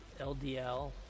LDL